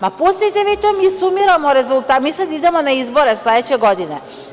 Ma pustite vi to, mi sumiramo rezultate, mi sad idemo na izbore sledeće godine.